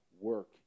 work